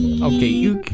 Okay